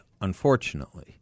unfortunately